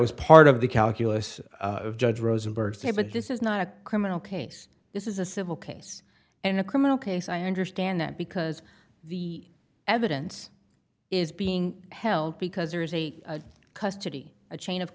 was part of the calculus of judge rosenberg say but this is not a criminal case this is a civil case in a criminal case i understand that because the evidence is being held because there is a custody a chain of